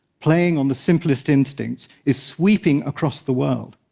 playing on the simplest instincts, is sweeping across the world.